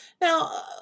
Now